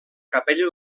capella